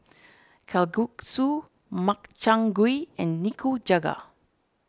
Kalguksu Makchang Gui and Nikujaga